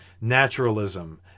naturalism